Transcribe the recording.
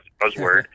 buzzword